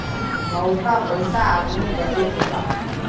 नउकरी पइसा आदमी बदे होला